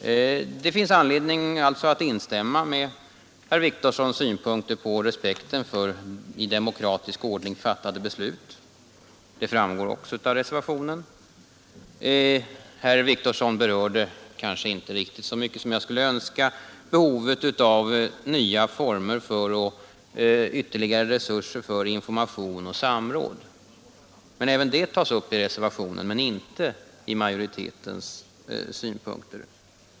Det finns anledning att instämma i herr Wictorssons synpunkter på respekt för i demokratisk ordning fattade beslut. Det framgår också av reservationen att vi har den uppfattningen att man skall visa sådan respekt. Herr Wictorsson berörde kanske inte riktigt så mycket som jag skulle önska behovet av nya former och ytterligare resurser för information och samråd. Även det tas upp i reservationen men inte i majoritetens skrivning.